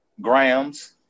grams